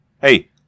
Hey